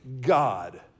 God